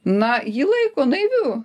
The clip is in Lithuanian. na jį laiko naiviu